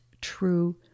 true